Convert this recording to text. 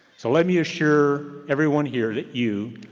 so let me assure everyone here that you,